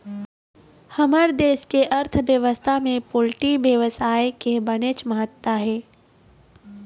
हमर देश के अर्थबेवस्था म पोल्टी बेवसाय के बनेच महत्ता हे